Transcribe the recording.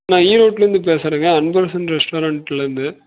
நான் ஈரோட்டிலேருந்து பேசுகிறேங்க அன்பரசன் ரெஸ்டாரெண்ட்டிலேருந்து